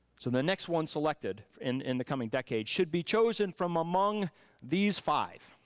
so the next one selected in in the coming decade should be chosen from among these five.